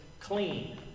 clean